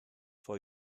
for